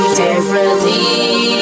differently